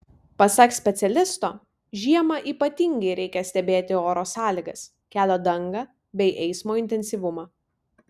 pasak specialisto žiemą ypatingai reikia stebėti oro sąlygas kelio dangą bei eismo intensyvumą